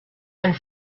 and